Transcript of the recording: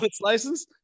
license